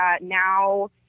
now